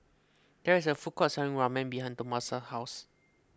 there is a food court selling Ramen behind Tomasa's house